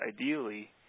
ideally